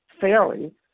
fairly